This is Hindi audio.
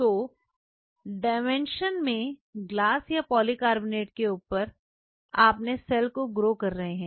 तू डायमेंशन में ग्लास या पॉलीकार्बोनेट के ऊपर अपने सेल को ग्रो कर रहे हैं